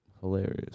Hilarious